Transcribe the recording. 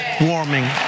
warming